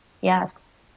Yes